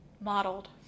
modeled